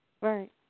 Right